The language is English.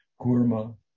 Gurma